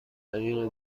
طریق